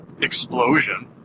explosion